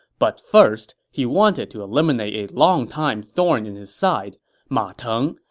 but first, he wanted to eliminate a longtime thorn in his side ma teng,